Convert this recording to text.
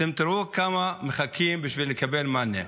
אתם תראו כמה מחכים בשביל לקבל מענה.